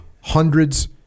hundreds